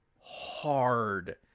Hard